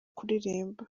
kuririmba